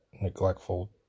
neglectful